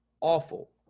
awful